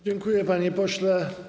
Dziękuję, panie pośle.